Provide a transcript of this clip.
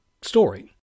story